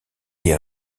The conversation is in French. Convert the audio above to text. des